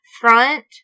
Front